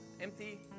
empty